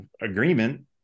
agreement